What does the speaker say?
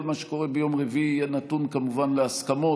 כל מה שקורה ביום רביעי יהיה נתון כמובן להסכמות.